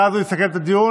ואז הוא יסכם את הדיון,